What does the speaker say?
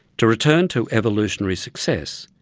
to return to evolutionary success,